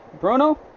bruno